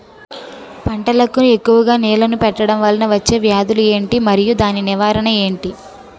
పంటలకు ఎక్కువుగా నీళ్లను పెట్టడం వలన వచ్చే వ్యాధులు ఏంటి? మరియు దాని నివారణ ఏంటి?